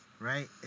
Right